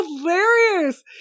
hilarious